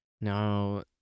Now